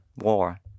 war